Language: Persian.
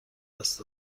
دست